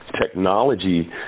technology